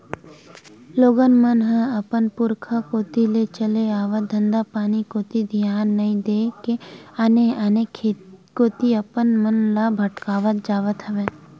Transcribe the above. लोगन मन ह अपन पुरुखा कोती ले चले आवत धंधापानी कोती धियान नइ देय के आने आने कोती अपन मन ल भटकावत जावत हवय